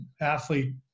athlete